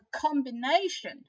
combination